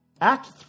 Act